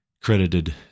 credited